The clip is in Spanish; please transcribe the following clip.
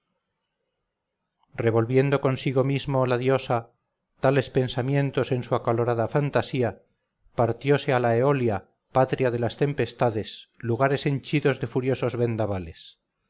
revolviendo consigo misma la diosa tales pensamientos en su acalorada fantasía partiose a la eolia patria de las tempestades lugares henchidos de furiosos vendavales